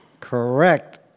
Correct